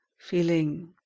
feeling